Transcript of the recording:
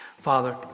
Father